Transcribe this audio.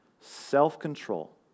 self-control